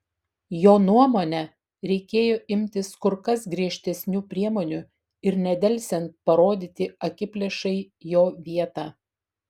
jo nuomone reikėjo imtis kur kas griežtesnių priemonių ir nedelsiant parodyti akiplėšai jo vietą